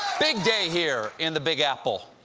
big day here in the big apple.